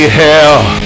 hell